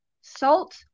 salt